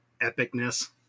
epicness